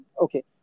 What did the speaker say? Okay